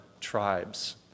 tribes